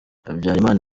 habyarimana